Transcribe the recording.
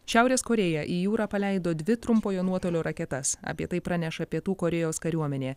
šiaurės korėja į jūrą paleido dvi trumpojo nuotolio raketas apie tai praneša pietų korėjos kariuomenė